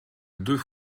deux